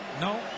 No